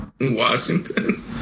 Washington